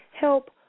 help